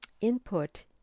input